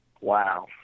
Wow